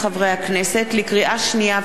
לקריאה שנייה ולקריאה שלישית,